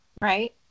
Right